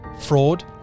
fraud